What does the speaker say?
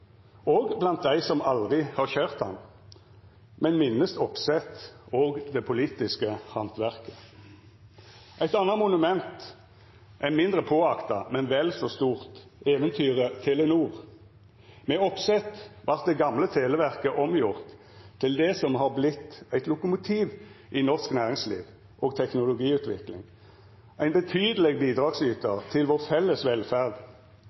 òg blant dei som aldri har køyrt han, men minnest Opseth og det politiske handverket. Eit anna monument er mindre påakta, men vel så stort: eventyret Telenor. Med Opseth vart det gamle Televerket omgjort til det som har vorte eit lokomotiv i norsk næringsliv og teknologiutvikling, ein betydeleg bidragsytar til vår felles velferd,